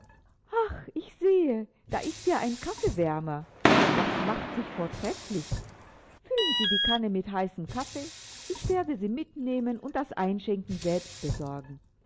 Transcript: ich sehe da ist ja ein kaffeewärmer das macht sich vortrefflich füllen sie die kanne mit heißem kaffee ich werde sie mitnehmen und das einschenken selbst besorgen